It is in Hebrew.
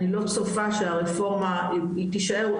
אני לא צופה שהרפורמה היא תישאר,